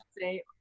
say